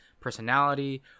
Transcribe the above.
personality